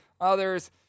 Others